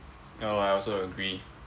ya lor I also agree